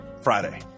Friday